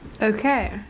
Okay